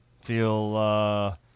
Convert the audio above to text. feel